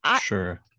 Sure